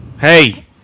Hey